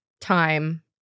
time